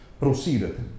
proceeded